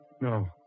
no